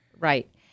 Right